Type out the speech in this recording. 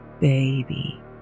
Baby